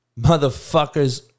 motherfuckers